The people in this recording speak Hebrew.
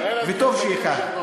וטוב שכך.